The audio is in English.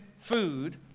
food